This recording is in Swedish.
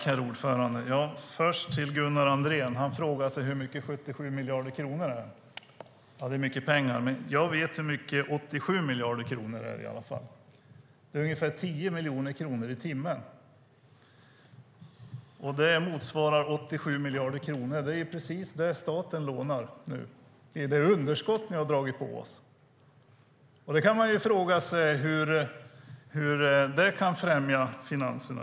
Herr talman! Gunnar Andrén frågar hur mycket 77 miljarder kronor är. Ja, det är mycket pengar. Men jag vet i alla fall hur mycket 87 miljarder kronor är. Det är ungefär 10 miljoner i timmen vilket motsvarar 87 miljarder kronor. Det är precis det som staten lånar nu. Det är det underskott som ni har dragit på oss. Då kan man fråga sig hur det kan främja finanserna.